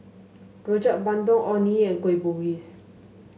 Rojak Bandung Orh Nee and Kueh Bugis